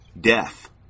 Death